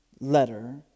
letter